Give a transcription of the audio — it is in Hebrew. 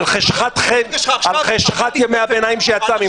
על חשכת ימי הביניים שיצאה ממך.